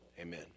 amen